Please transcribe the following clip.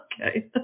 Okay